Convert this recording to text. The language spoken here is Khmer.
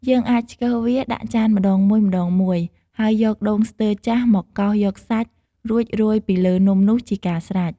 យើងអាចឆ្កឹះវាដាក់ចានម្ដងមួយៗ ហើយយកដូងស្ទើរចាស់មកកោសយកសាច់ រួចរោយពីលើនំនោះជាការស្រេច។